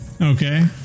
Okay